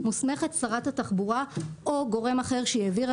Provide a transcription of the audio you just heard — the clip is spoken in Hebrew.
מוסמכת שרת התחבורה או גורם אחר שהיא העבירה